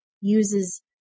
uses